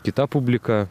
kita publika